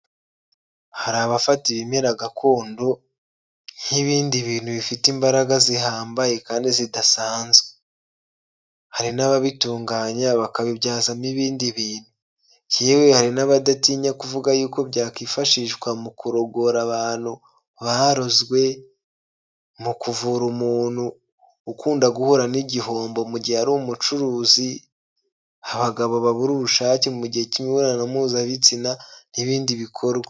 Hari abafata ibimera gakondo nk'ibindi bintu bifite imbaraga zihambaye kandi zidasanzwe, hari n'ababitunganya bakabibyazamo ibindi bintu, yewe hari n'abadatinya kuvuga y’uko byakwifashishwa mu kurogora abantu barozwe, mu kuvura umuntu ukunda guhura n'igihombo mu gihe ari umucuruzi, abagabo babura ubushake mu gihe cy'imibonano mpuzabitsina n'ibindi bikorwa.